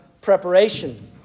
preparation